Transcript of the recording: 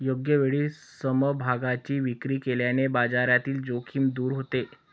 योग्य वेळी समभागांची विक्री केल्याने बाजारातील जोखीम दूर होते